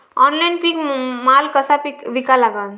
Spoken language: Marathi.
ऑनलाईन पीक माल कसा विका लागन?